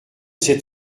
c’est